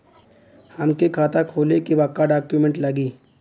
हमके खाता खोले के बा का डॉक्यूमेंट लगी?